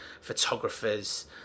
photographers